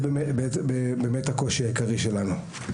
זה הקושי העיקרי שלנו.